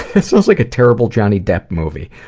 this sounds like a terrible johnny depp movie!